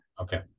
Okay